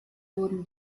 wurden